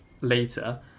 later